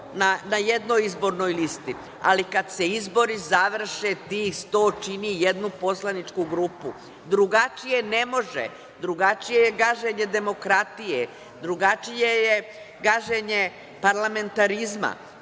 na jednoj izbornoj listi, ali kada se izbori završe tih 100 čini jednu poslaničku grupu. Drugačije ne može. Drugačije je gaženje demokratije, drugačije je gaženje parlamentarizma. Volim